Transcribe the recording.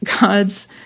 God's